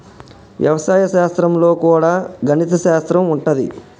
వ్యవసాయ శాస్త్రం లో కూడా గణిత శాస్త్రం ఉంటది